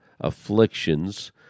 afflictions